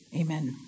Amen